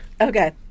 Okay